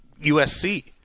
USC